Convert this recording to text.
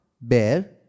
bear